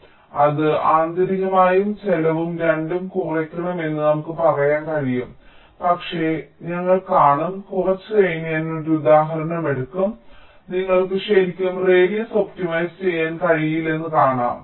അതിനാൽ അത് ആന്തരികമായും ചെലവും രണ്ടും കുറയ്ക്കണമെന്ന് നമുക്ക് പറയാൻ കഴിയും പക്ഷേ ഞങ്ങൾ കാണും കുറച്ച് കഴിഞ്ഞ് ഞാൻ ഒരു ഉദാഹരണം എടുക്കും നിങ്ങൾക്ക് ശരിക്കും റേഡിയസ് ഒപ്റ്റിമൈസ് ചെയ്യാൻ കഴിയില്ലെന്ന് കാണാം